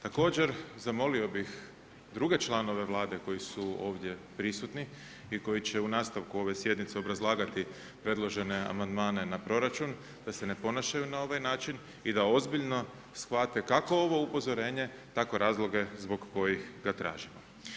Također, zamolio bih druge članove Vlade koji su ovdje prisutni i koji će u nastavku ove sjednice obrazlagati predložene amandmane na proračun, da se ne ponašaju na ovaj način i da ozbiljno shvate kako ovo upozorenje, tako razloge zbog kojih ga tražimo.